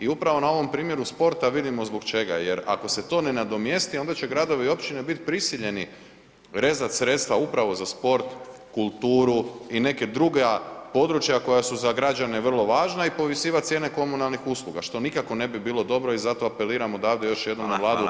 I upravo na ovom primjeru sporta vidimo zbog čega jer ako se to ne nadomjesti onda će gradovi i općine biti prisiljeni rezat sredstva upravo za sport, kulturu i neka druga područja koja su za građane vrlo važna i povisivati cijene komunalnih usluga, što nikako ne bi bilo dobro i zato apeliram odavde još jednom na Vladu da